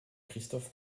christophe